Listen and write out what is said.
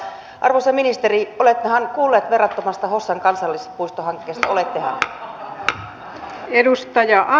mutta arvoisa ministeri olettehan kuullut verrattomasta hossan kansallispuistohankkeesta olettehan